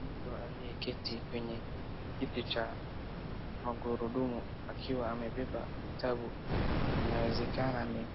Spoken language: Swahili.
Mtu aliyeketi kwenye kiti cha magurudumu akiwa amebeba vitabu inawezekana ni